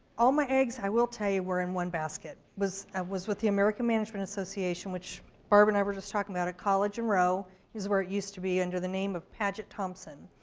all my eggs i will tell you were in one basket. i was was with the american management association, which barb and i were just talking about at college and roh is where it used to be under the name of padgett thompson.